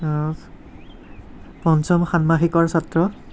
পঞ্চম ষাণ্মাসিকৰ ছাত্ৰ